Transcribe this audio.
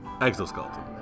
Exoskeleton